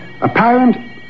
apparent